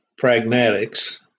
pragmatics